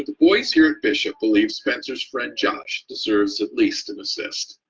boys here at bishop believes spencer's friend josh deserves at least an assist,